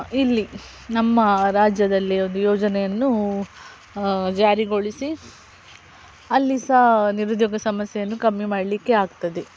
ಇಲ್ಲಿ ನಮ್ಮ ರಾಜ್ಯದಲ್ಲಿ ಒಂದು ಯೋಜನೆಯನ್ನು ಜಾರಿಗೊಳಿಸಿ ಅಲ್ಲಿ ಸಹ ನಿರುದ್ಯೋಗ ಸಮಸ್ಯೆಯನ್ನು ಕಮ್ಮಿ ಮಾಡಲಿಕ್ಕೆ ಆಗ್ತದೆ